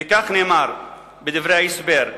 וכך נאמר בדברי ההסבר: